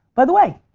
by the way,